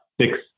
six